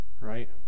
Right